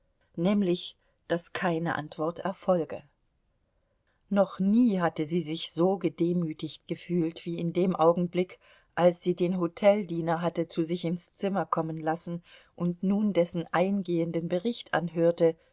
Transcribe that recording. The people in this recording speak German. nämlich daß keine antwort erfolge noch nie hatte sie sich so gedemütigt gefühlt wie in dem augenblick als sie den hoteldiener hatte zu sich ins zimmer kommen lassen und nun dessen eingehenden bericht anhörte